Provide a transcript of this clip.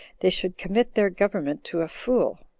they should commit their government to a fool.